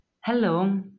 Hello